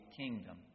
kingdom